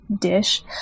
dish